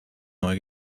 neu